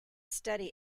study